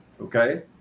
okay